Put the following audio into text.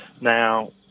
Now